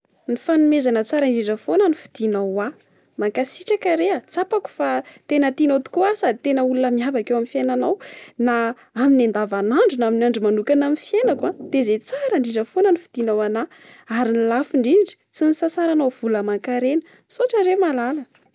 Ny fanomezana tsara indrindra foana no vidinao ho ahy. Mankasitraka re a! Tsapako fa tena tianao tokoa aho sady tena olona miavaka eo amin'ny fiainanao. Na amin'ny andavanandro na amin'ny andro manokana amin'ny fiainako aho de izay tsara indrindra foana no vidinao ho anà ary ny lafo ndrindra sy nisasaranao vola aman-karena. Misaotra re malala.